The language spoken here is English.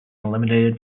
eliminated